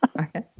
Okay